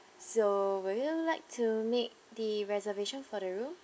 so would you like to make the reservation for the room